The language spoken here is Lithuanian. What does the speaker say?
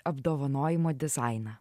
apdovanojimo dizainą